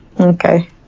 Okay